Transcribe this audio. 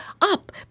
up